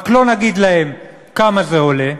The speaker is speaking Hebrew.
רק לא נגיד להם כמה זה עולה,